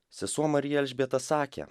sesuo marija elžbieta sakė